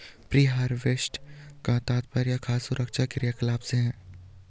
pre harvest का तात्पर्य खाद्य सुरक्षा क्रियाकलाप से है